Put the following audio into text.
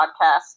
podcast